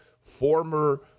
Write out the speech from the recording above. former